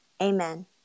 amen